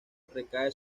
recae